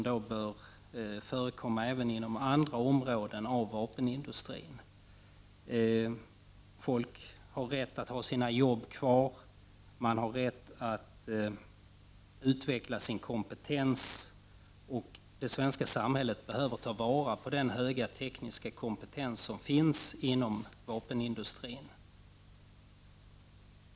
Detta bör förekomma även inom andra områden av vapenindustrin. Människor har rätt att behålla sina arbeten, att utveckla sin kompetens. Det svenska samhället behöver också ta vara på den höga tekniska kompetens som finns inom vapenindustrin.